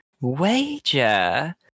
wager